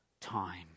time